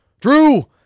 Drew